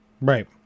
right